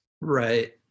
Right